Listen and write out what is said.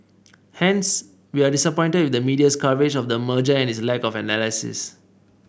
hence we are disappointed with the media's coverage of the merger and its lack of analysis